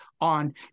on